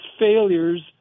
failures